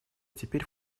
теперь